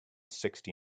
sixty